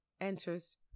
enters